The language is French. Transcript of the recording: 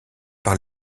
par